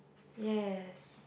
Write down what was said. yes